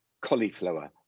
cauliflower